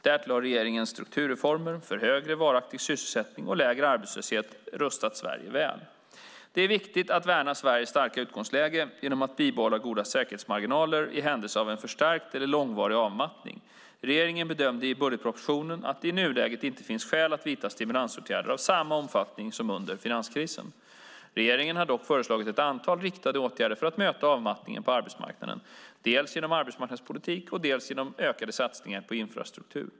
Därtill har regeringens strukturreformer för högre varaktig sysselsättning och lägre arbetslöshet rustat Sverige väl. Det är viktigt att värna Sveriges starka utgångsläge genom att bibehålla goda säkerhetsmarginaler i händelse av en förstärkt eller långvarig avmattning. Regeringen bedömde i budgetpropositionen att det i nuläget inte finns skäl att vidta stimulansåtgärder av samma omfattning som under finanskrisen. Regeringen har dock föreslagit ett antal riktade åtgärder för att möta avmattningen på arbetsmarknaden, dels genom arbetsmarknadspolitiken, dels genom ökade satsningar på infrastruktur.